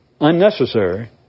unnecessary